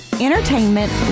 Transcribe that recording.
entertainment